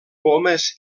pomes